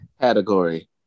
category